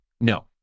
No